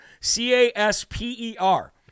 C-A-S-P-E-R